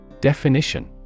Definition